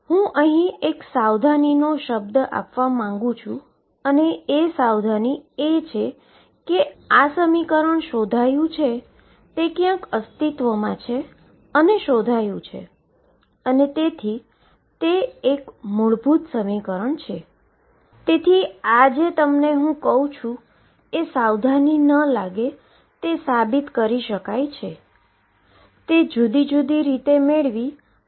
જે જુના ક્વોન્ટમ સિદ્ધાંત મુજબ એનર્જીના આઈગન વેલ્યુ સમાન દ્વારા શોધવામા આવેલ છેજેનું સમાધાન બાઉન્ડ્રી કન્ડીશન દ્વારા હલ કરવામા આવે છે